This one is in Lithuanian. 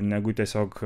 negu tiesiog